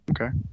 Okay